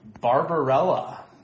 Barbarella